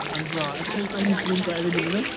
اَہَن حظ آ اَتہِ چھِ حظ تۄہہِ نِش روٗم کانٛہہ ایٚولیبٕل حظ